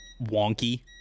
wonky